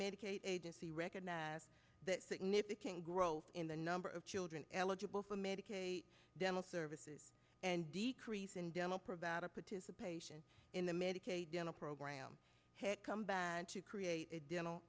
medicaid agency recognized that significant growth in the number of children eligible for medicaid dental services and decrease in demo provided participation in the medicaid dental program to come back to create a dental